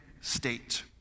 state